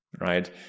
Right